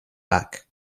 back